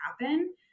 happen